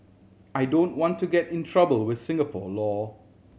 I don't want to get in trouble with Singapore law